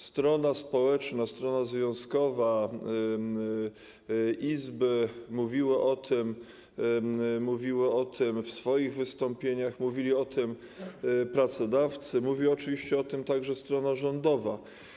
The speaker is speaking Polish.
Strona społeczna, strona związkowa izby mówiła o tym w swoich wystąpieniach, mówili o tym pracodawcy, mówiła oczywiście o tym także strona rządowa.